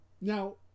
Now